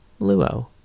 Luo